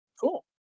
Cool